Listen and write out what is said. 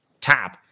tab